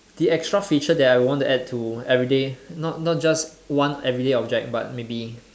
the extra feature that I will want to add to everyday not not just one everyday object but maybe